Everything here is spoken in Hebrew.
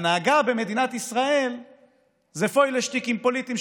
ההנהגה במדינת ישראל זה פוילע שטיקים פוליטיים,